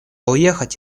уехать